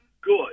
good